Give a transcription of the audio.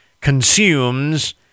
consumes